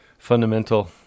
fundamental